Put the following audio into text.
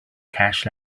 cash